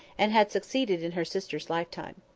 and had succeeded in her sister's lifetime.